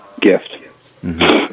gift